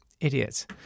idiots